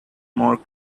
more